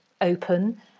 open